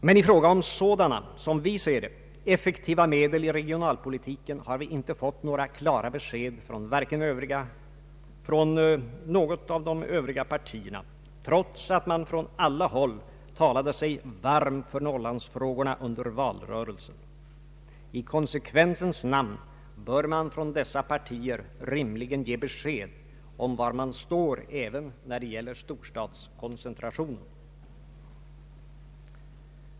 Men i fråga om sådana, som vi ser det, effektiva medel i regionalpolitiken har vi inte fått klara besked från de övriga partierna, trots att man från alla håll talade sig varm för Norrlandsfrågorna under valrörelsen. I konsekvensens namn bör man från dessa partier rimligen ge besked om var man står även när det gäller storstadskoncentrationen.